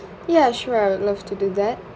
ya sure I would love to do that